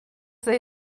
they